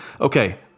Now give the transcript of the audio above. Okay